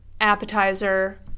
appetizer